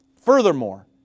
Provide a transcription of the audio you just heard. Furthermore